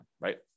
right